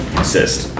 assist